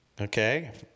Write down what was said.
okay